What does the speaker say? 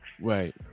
right